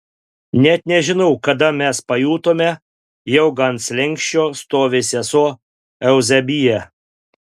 net nežinau kada mes pajutome jog ant slenksčio stovi sesuo euzebija